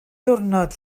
diwrnod